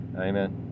amen